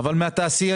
לא להגיד מה כן,